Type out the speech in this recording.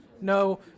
no